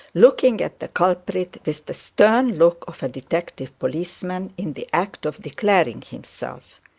looking at the culprit with the stern look of a detective policeman in the act of declaring himself.